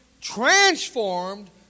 transformed